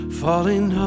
falling